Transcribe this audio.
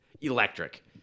electric